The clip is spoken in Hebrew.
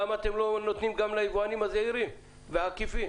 למה אתם לא נותנים ליבואנים הזעירים והעקיפים?